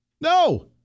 No